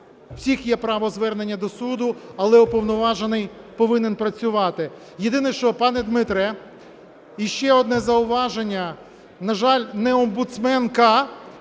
у всіх є право звернення до суду, але Уповноважений повинен працювати. Єдине, що, пане Дмитре, і ще одне зауваження. На жаль, не омбудсменка,